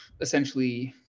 essentially